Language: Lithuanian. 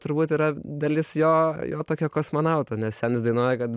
turbūt yra dalis jo jo tokio kosmonauto nes ten jis dainuoja kad